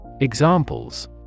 Examples